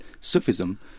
Sufism